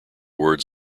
words